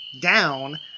down